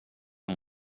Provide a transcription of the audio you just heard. amb